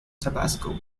tabasco